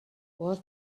was